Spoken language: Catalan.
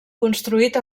construït